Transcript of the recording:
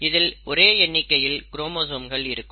இதில் ஒரே எண்ணிக்கையில் குரோமோசோம்கள் இருக்கும்